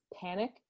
panic